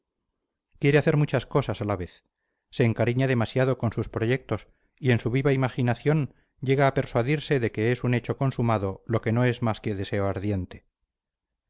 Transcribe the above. quiere hacer muchas cosas a la vez se encariña demasiado con sus proyectos y en su viva imaginación llega a persuadirse de que es un hecho consumado lo que no es más